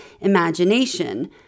imagination